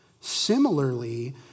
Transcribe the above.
Similarly